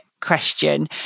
question